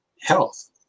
health